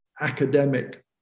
academic